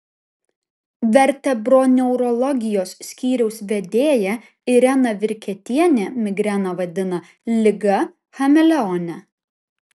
vertebroneurologijos skyriaus vedėja irena virketienė migreną vadina liga chameleone